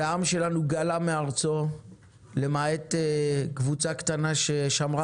העם שלנו גלה מארצו למעט קבוצה קטנה ששמרה